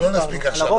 לא נספיק עכשיו.